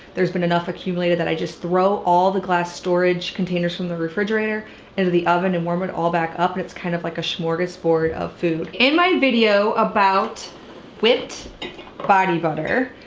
there's been enough accumulated that i just throw all the glass storage containers from the refrigerator into the oven and warm it all back up and it's kind of like a smorgasbord of food. in my video about whipped body butter,